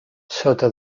sota